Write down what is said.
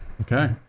okay